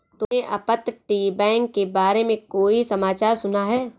तुमने अपतटीय बैंक के बारे में कोई समाचार सुना है?